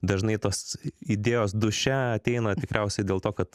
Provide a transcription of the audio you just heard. dažnai tos idėjos duše ateina tikriausiai dėl to kad